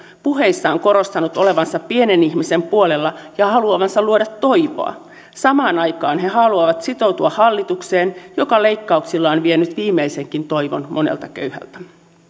puheissaan korostanut olevansa pienen ihmisen puolella ja haluavansa luoda toivoa samaan aikaan he haluavat sitoutua hallitukseen joka leikkauksillaan on vienyt viimeisenkin toivon monelta köyhältä